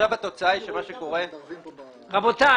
מקבל מכרזי